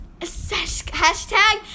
hashtag